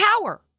power